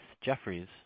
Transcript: Jeffries